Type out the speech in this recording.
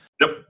Nope